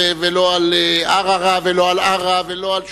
על ערערה ולא על עארה ולא על סח'נין,